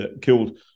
killed